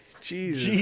Jesus